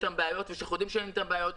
איתם בעיות ושאנחנו יודעים שאין איתם בעיות.